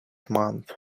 month